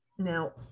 Now